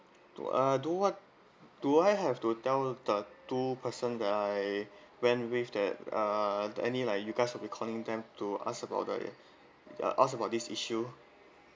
uh do what do I have to tell the two person that I went with that uh any like you guys will be calling them to ask about the ask about this issue